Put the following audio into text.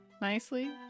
nicely